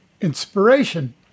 inspiration